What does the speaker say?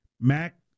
Mac